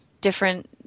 different